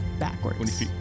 Backwards